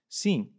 sim